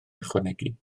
ychwanegu